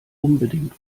unbedingt